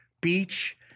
beach